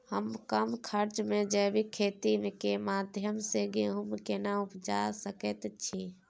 हम कम खर्च में जैविक खेती के माध्यम से गेहूं केना उपजा सकेत छी?